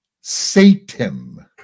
Satan